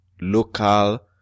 local